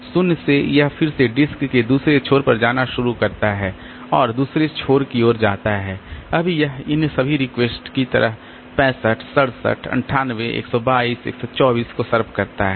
0 से यह फिर से डिस्क के दूसरे छोर पर जाना शुरू करता है और दूसरे छोर की ओर जाता है अब यह इन सभी रिक्वेस्ट की तरह 65 67 98 122 124 को सर्व करता है